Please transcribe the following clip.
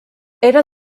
era